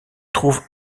trouve